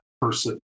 person